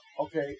Okay